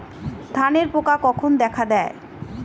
ধানের পোকা কখন দেখা দেয়?